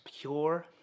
pure